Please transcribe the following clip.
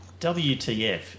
WTF